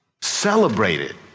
Celebrated